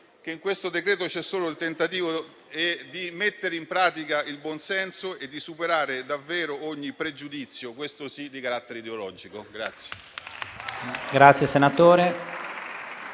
nel quale c'è solo il tentativo di mettere in pratica il buon senso e di superare davvero ogni pregiudizio, questo sì, di carattere ideologico.